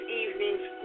evening's